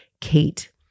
Kate